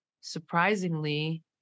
surprisingly